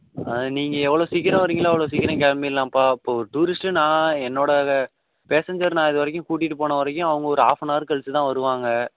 நீங்கள் எவ்வளோ சீக்கரம் வரிங்களோ அவ்வளோ சீக்கரம் கிளம்பிட்லாம்ப்பா இப்போ டூரிஸ்ட்டு நான் என்னோடய பேசஞ்ஜர் நான் இது வரைக்கும் கூட்டிகிட்டு போன வரைக்கும் அவங்க ஒரு ஆஃபனவர் கழித்து தான் வருவாங்க